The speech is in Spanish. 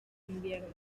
invierno